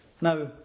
Now